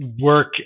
work